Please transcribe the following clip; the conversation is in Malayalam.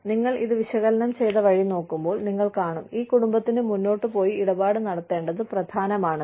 നിങ്ങൾ ഇത് വിശകലനം ചെയ്ത വഴി നോക്കുമ്പോൾ നിങ്ങൾ കാണും ഈ കുടുംബത്തിന് മുന്നോട്ട് പോയി ഇടപാട് നടത്തേണ്ടത് പ്രധാനമാണെന്ന്